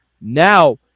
now